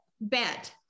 bet